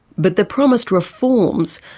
but the promised reforms,